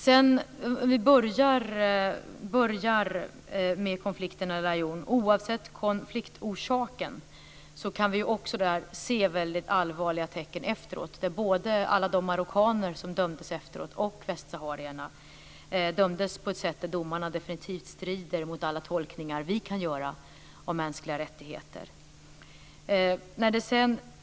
Oavsett orsaken till konflikten i El Ayun kan vi se väldigt allvarliga tecken efteråt. Både marockaner och västsaharier dömdes efteråt, och dessa domar strider definitivt mot alla tolkningar som kan göras när det gäller mänskliga rättigheter.